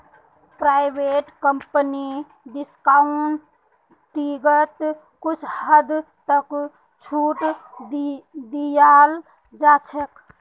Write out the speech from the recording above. private कम्पनीक डिस्काउंटिंगत कुछ हद तक छूट दीयाल जा छेक